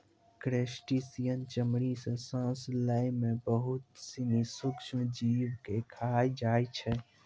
crustacean चमड़ी सें सांस लै में बहुत सिनी सूक्ष्म जीव के खाय जाय छै